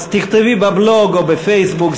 אז תכתבי בבלוג או בפייסבוק,